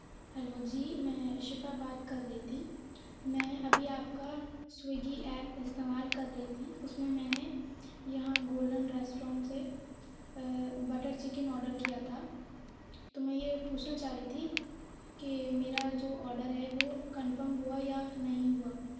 hello جی میں شفا بات کر رہی تھی میں ابھی آپ کا سویگی ایپ استعمال کر رہی تھی اس میں میں نے یہاں گولڈن ریسٹورنٹ سے بٹر چکن آڈر کیا تھا تو میں یہ پوچھنا چاہ رہی تھی کہ میرا جو آڈر ہے وہ کنفرم ہوا یا نہیں ہوا